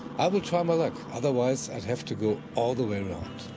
i will try my luck, otherwise i'd have to go all the way around.